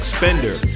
Spender